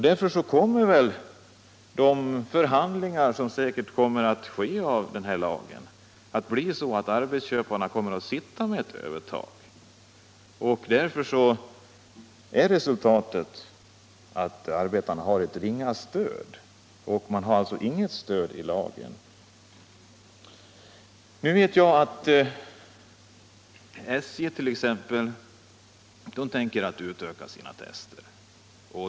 Därför kommer det att vara så vid förhandlingarna enligt den här lagen att arbetsköparna kommer att sitta med ett övertag. Resultatet blir att arbetarna inte har något stöd av den här lagen. Nu vet jag att t.ex. SJ tänker utöka sina tester.